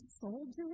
soldiers